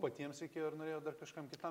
patiems reikėjo ir norėjot dar kažkam kitam